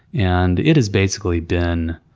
and it has basically been